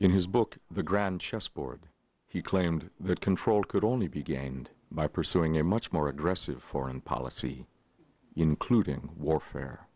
in his book the grand chessboard he claimed that control could only be gained by pursuing a much more aggressive foreign policy including warfare